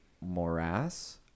morass